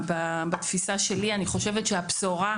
בתפיסה שלי, אני חושבת שהבשורה,